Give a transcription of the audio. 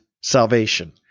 salvation